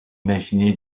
imaginé